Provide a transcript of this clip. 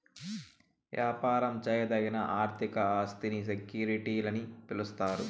యాపారం చేయదగిన ఆర్థిక ఆస్తిని సెక్యూరిటీలని పిలిస్తారు